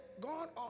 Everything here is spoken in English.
God